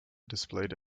displayed